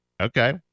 Okay